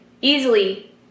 easily